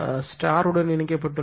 star உடன் இணைக்கப்பட்டுள்ளது